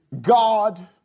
God